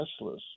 teslas